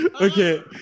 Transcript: Okay